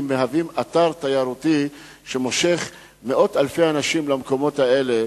מהווים אתר תיירותי שמושך מאות אלפי אנשים למקומות האלה.